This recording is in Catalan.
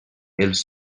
els